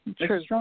true